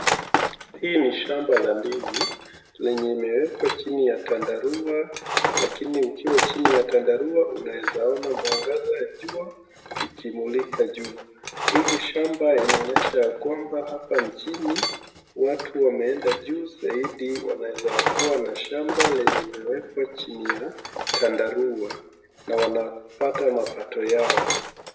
Hii ni shamba la ndizi lenye imewekwa chini ya tandarua lakini ukiwa chini ya tandarua unaweza ona mwangaza ya jua ikimulika juu. Hili shamba inaonyesha ya kwamba hapa nchini watu wameenda juu zaidi wanaweza kuwa na shamba lenye limewekwa chini ya tandarua na wanapata mapato yao.